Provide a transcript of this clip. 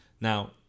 Now